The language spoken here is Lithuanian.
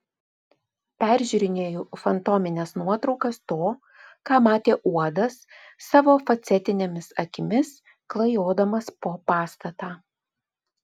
peržiūrinėju fantomines nuotraukas to ką matė uodas savo facetinėmis akimis klajodamas po pastatą